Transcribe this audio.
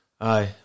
Aye